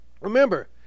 Remember